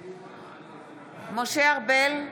משה ארבל,